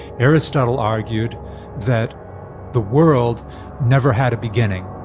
aristotle argued that the world never had a beginning